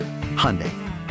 hyundai